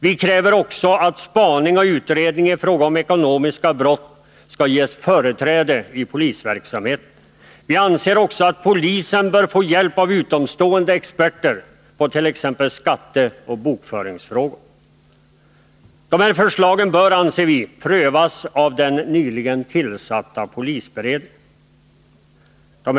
Vi kräver också att spaning och utredning i fråga om ekonomiska brott skall ges företräde i polisverksamheten. Vi anser också att polisen bör få hjälp av utomstående experter på t.ex. skatteoch bokföringsfrågor. Dessa förslag bör, anser vi, prövas av den nyligen tillsatta polisberedningen.